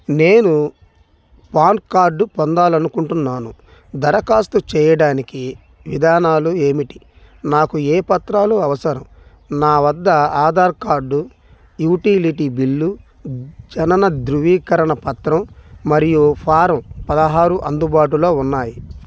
నేను PAN card పొందాలి అనుకుంటున్నాను దరఖాస్తు చేయడానికి విధానాలు ఏమిటి నాకు ఏ పత్రాలు అవసరం నా వద్ద ఆధార్ కార్డు యూటీలిటీ బిల్లు జనన ధృవీకరణ పత్రం మరియు ఫారం పదహారు అందుబాటులో ఉన్నాయి